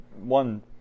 one